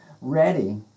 ready